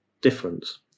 difference